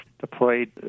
deployed